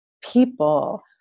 people